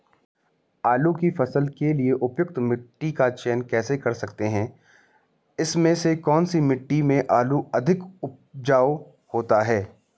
आलू की फसल के लिए उपयुक्त मिट्टी का चयन कैसे कर सकते हैं इसमें से कौन सी मिट्टी में आलू अधिक उपजाऊ होता है?